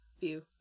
view